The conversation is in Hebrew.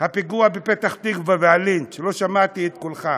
הפיגוע בפתח-תקווה, והלינץ' לא שמעתי את קולך.